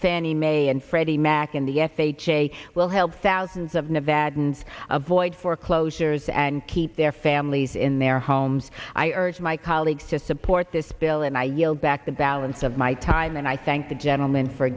fannie mae and freddie macin the f h a will help thousands of nevadans avoid foreclosures and keep their families in their homes i urge my colleagues to support this bill and i yield back the balance of my time and i thank the gentleman for